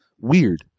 Weird